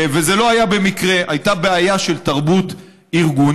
וזה לא היה במקרה, הייתה בעיה של תרבות ארגונית,